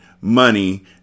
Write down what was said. money